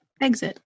Exit